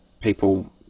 people